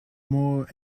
more